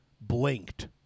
blinked